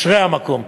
אשרי המקום.